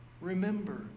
Remember